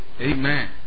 Amen